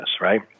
right